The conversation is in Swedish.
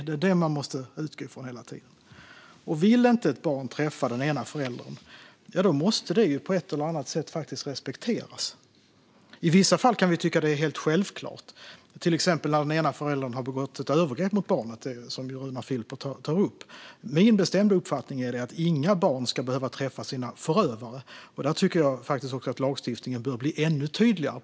Om ett barn inte vill träffa den ena föräldern måste det på ett eller annat sätt faktiskt respekteras. I vissa fall kan vi tycka att det är helt självklart, till exempel när den ena föräldern har begått ett övergrepp mot barnet, som Runar Filper tar upp. Min bestämda uppfattning är att inga barn ska behöva träffa sina förövare. På den punkten tycker jag faktiskt att lagstiftningen bör bli ännu tydligare.